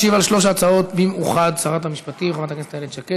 תשיב על שלוש ההצעות במאוחד שרת המשפטים איילת שקד.